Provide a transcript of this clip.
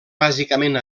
bàsicament